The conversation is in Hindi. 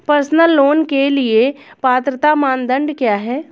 पर्सनल लोंन के लिए पात्रता मानदंड क्या हैं?